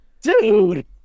dude